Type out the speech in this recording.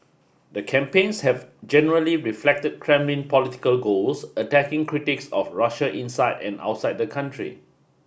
the campaigns have generally reflected Kremlin political goals attacking critics of Russia inside and outside the country